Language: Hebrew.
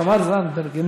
תמר זנדברג,